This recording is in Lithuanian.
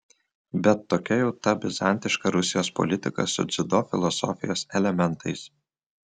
bet tokia jau ta bizantiška rusijos politika su dziudo filosofijos elementais